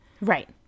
Right